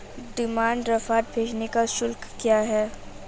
Demand draft भेजने का शुल्क क्या है?